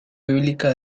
bíblica